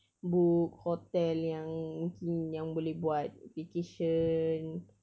book hotel yang ki~ yang boleh buat vacation